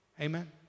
Amen